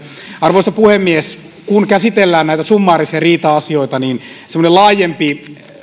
arvoisa puhemies kun käsitellään näitä summaarisia riita asioita niin semmoinen laajempi